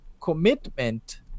commitment